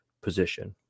position